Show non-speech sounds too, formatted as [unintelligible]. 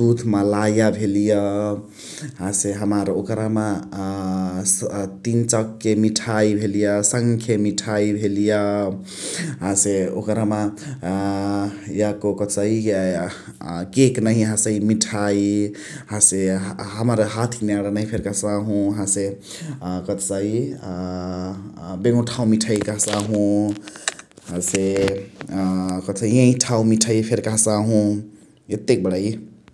दुध मलाया भेलिय । हसे हमार ओकरमा अ [unintelligible] तीन चक्के मिठाई भेलिय, सन्खे मिठाई भेलिय । [noise] हसे ओकरमा अ याको कथकहसाइ [unintelligible] केक नहिया हसइ मिठाई । हसे हमरा हाठीक न्याणा नहिय फेरी कहसाहु । हसे कथकहसाइ अ बेग्नुठवा [noise] मिठाईया कहसाहु। [noise] हसे [noise] अ कथकहसाइ एइठावा मिठाईया फेरी कहसाहु । एतेक बणै ।